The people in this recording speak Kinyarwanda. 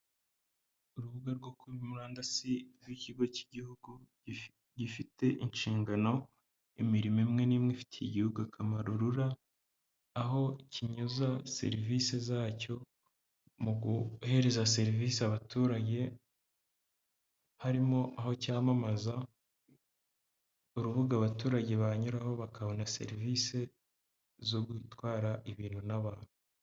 Urubuga rwo kuri murandasi rw'ikigo cy'igihugu gifite inshingano, imirimo imwe n'imwe ifitiye igihugu akamaro RURA, aho kinyuza serivisi zacyo muguhereza serivisi abaturage harimo aho cyamamaza urubuga abaturage banyuraho bakabona serivisi zo gutwara ibintu n'abantu.